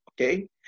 Okay